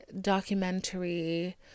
documentary